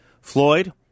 Floyd